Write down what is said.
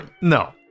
No